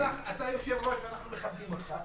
אבל אתה יושב-ראש ואנחנו מכבדים אותך.